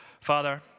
Father